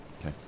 Okay